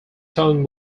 stone